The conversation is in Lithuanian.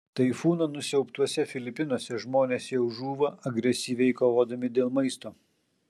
taifūno nusiaubtuose filipinuose žmonės jau žūva agresyviai kovodami dėl maisto